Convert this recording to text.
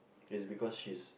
it's because she's